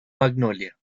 magnolia